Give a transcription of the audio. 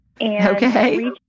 Okay